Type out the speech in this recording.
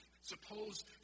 Suppose